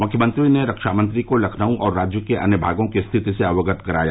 मुख्यमंत्री ने रक्षामंत्री को लखनऊ और राज्य के अन्य भागों की स्थिति से अवगत कराया